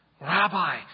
Rabbi